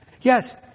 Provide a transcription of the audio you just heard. yes